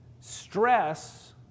Stress